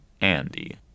Andy